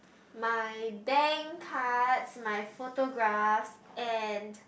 my bank cards my photograph and